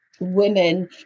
women